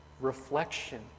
reflection